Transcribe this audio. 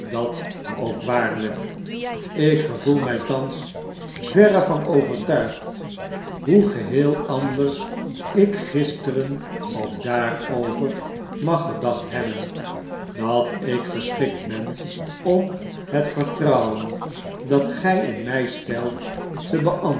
dat ook waarlijk ik gevoel mij thans verre van overtuigd hoe geheel anders ik gisteren ook daarover mag gedacht hebben dat ik geschikt ben om het vertrouwen dat gij in mij stelt te